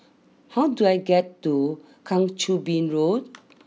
how do I get to Kang Choo Bin Road